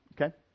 okay